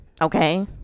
Okay